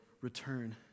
return